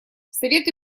совету